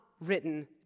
written